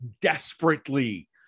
desperately